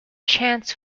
chance